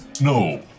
No